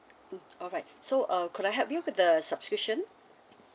mm alright so uh could I help you with the subscription